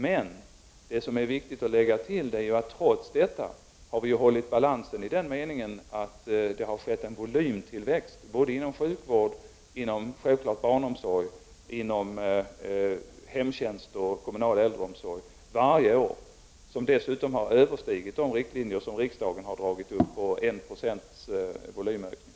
Men det är viktigt att tillägga att vi trots detta har hållit balansen i den meningen att det varje år har skett volymtillväxt inom sjukvården, inom barnomsorgen självfallet och inom hemtjänsten och den kommunala äldreomsorgen. Den tillväxten har dessutom överskridit de riktlinjer som riksdagen har dragit upp på 10 96 volymökning.